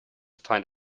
find